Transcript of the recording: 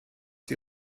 sie